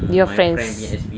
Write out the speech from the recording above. your friends